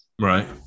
Right